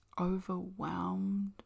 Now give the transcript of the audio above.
Overwhelmed